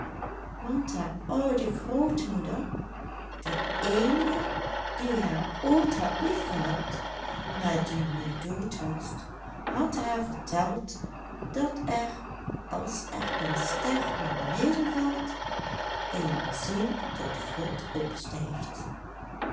want haar oude grootmoeder de eenige die haar ooit had liefgehad maar die nu dood was had haar verteld dat er als er een ster naar beneden valt een ziel tot god opstijgt